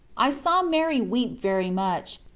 i saw mary weep very much,